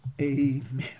Amen